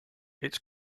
its